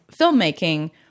filmmaking